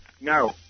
No